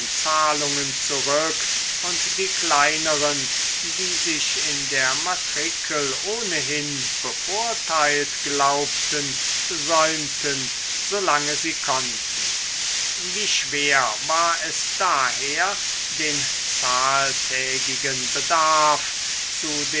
zahlungen zurück und die kleineren die sich in der matrikel ohnehin bevorteilt glaubten säumten solange sie konnten wie schwer war es daher den zahltägigen bedarf zu